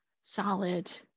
solid